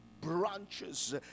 branches